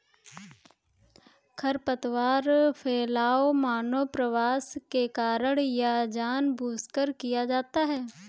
खरपतवार फैलाव मानव प्रवास के कारण या जानबूझकर किया जाता हैं